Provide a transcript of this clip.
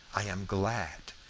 i am glad.